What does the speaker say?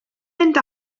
mynd